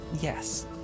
Yes